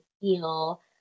feel